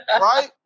right